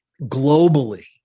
globally